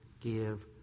give